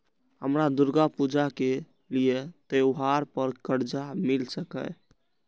हमरा दुर्गा पूजा के लिए त्योहार पर कर्जा मिल सकय?